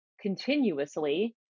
continuously